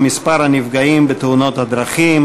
הדרכים ובמספר הנפגעים בתאונות דרכים,